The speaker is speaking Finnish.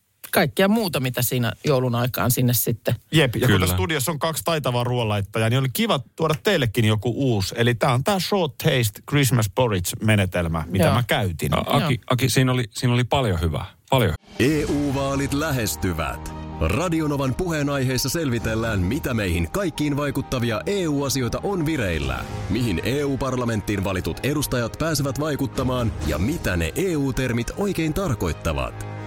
kaikkea muuta, mitä siinä joulun aikaan sinne sitten- Jep, ja kun Kyllä. tässä studiossa on kaksi taitavaa ruoanlaittajaa, niin oli kiva tuoda teillekin joku uusi. Eli tää on tää Short Taste Christmas Porridge menetelmä, mitä Joo. mä käytin. A- Aki- Joo. Aki, siinä oli- siinä oli paljon hyvää. Paljon. EU-vaalit lähestyvät. Radio Novan puheenaiheissa selvitellään, mitä meihin kaikkiin vaikuttavia EU-asioita on vireillä. Mihin EU-parlamenttiin valitut edustajat pääsevät vaikuttamaan ja mitä ne EU-termit oikein tarkoittavat.